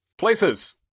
Places